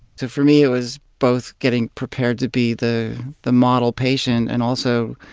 so for me, it was both getting prepared to be the the model patient and, also,